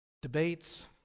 Debates